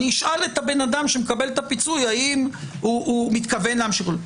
אשאל את האדם שמקבל את הפיצוי האם הוא מתכוון להמשיך.